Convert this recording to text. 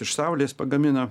iš saulės pagamina